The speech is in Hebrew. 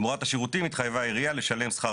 "תמורת השירותים התחייבה העירייה לשלם שכר